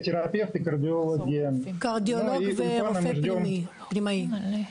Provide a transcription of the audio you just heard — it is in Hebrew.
קרדיולוג ורפואה פנימית.